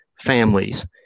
families